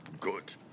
Good